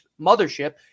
mothership